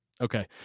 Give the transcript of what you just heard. Okay